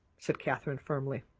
said catherine firmly.